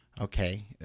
okay